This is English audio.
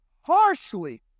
harshly